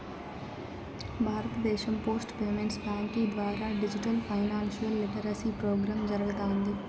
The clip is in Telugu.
భారతదేశం పోస్ట్ పేమెంట్స్ బ్యాంకీ ద్వారా డిజిటల్ ఫైనాన్షియల్ లిటరసీ ప్రోగ్రామ్ జరగతాంది